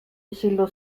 isildu